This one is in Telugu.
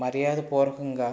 మర్యాదపూర్వకంగా